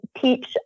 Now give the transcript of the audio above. teach